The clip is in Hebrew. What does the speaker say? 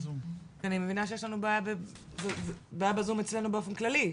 אני מבינה שיש לנו בעיה בזום, אצלנו באופן כללי.